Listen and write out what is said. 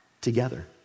together